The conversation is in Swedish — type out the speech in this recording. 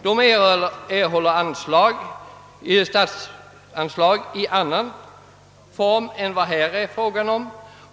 De erhåller statsanslag i annan form än det här är fråga om.